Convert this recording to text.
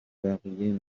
بقیه